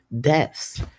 deaths